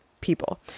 people